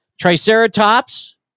Triceratops